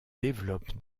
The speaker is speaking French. développe